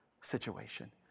situation